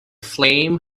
flame